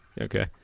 okay